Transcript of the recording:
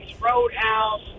Roadhouse